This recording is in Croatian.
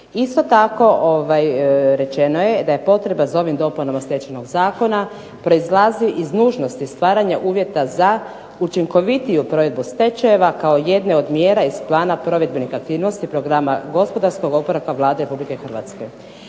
Istog tako, rečeno je da je potreba za ovim dopunama Stečajnog zakona proizlazi iz nužnosti stvaranja uvjeta za učinkovitiju provedbu stečajeva kao jedne od mjera iz plana provedbenih aktivnosti Programa gospodarskog oporavka Vlade Republike Hrvatske.